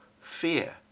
fear